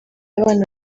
abana